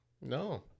No